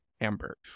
Amber